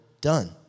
done